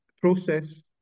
process